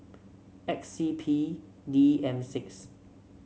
X C P D M six